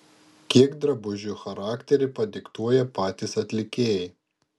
kiek drabužių charakterį padiktuoja patys atlikėjai